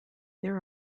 there